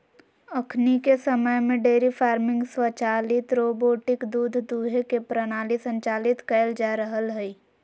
अखनिके समय में डेयरी फार्मिंग स्वचालित रोबोटिक दूध दूहे के प्रणाली संचालित कएल जा रहल हइ